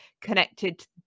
connected